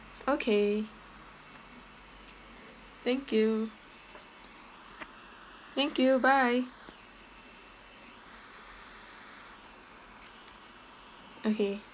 okay thank you thank you bye okay